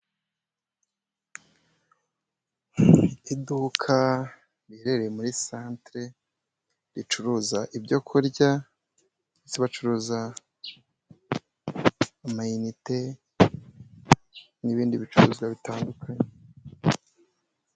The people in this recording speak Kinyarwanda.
Iduka riherereye muri santere, ricuruza ibyo kurya, ndetse bacuruza amayinite n'ibindi bicuruzwa bitandukanye.